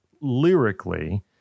lyrically